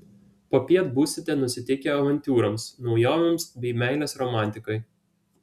popiet būsite nusiteikę avantiūroms naujovėms bei meilės romantikai